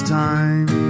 time